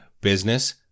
business